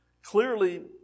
Clearly